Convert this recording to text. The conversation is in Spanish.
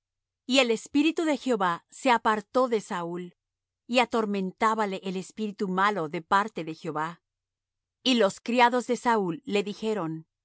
y el espíritu de jehová se apartó de saúl y atormentábale el espíritu malo de parte de jehová y los criados de saúl le dijeron